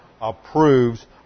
approves